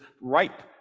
ripe